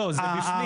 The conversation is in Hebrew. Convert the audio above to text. לא, זה בפנים.